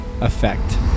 effect